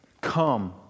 come